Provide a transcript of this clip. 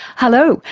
hello,